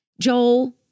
Joel